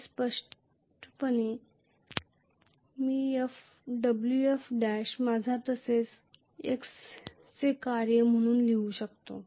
मी स्पष्टपणे मी Wf' माझ्या तसेच x चे कार्य म्हणून लिहू शकतो